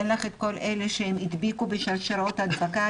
אין לך את כל אלה שהם הדביקו בשרשראות הדבקה,